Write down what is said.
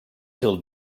till